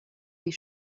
les